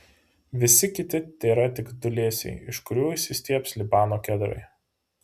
visi kiti tėra tik dūlėsiai iš kurių išsistiebs libano kedrai